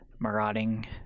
marauding